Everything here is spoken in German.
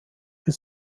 für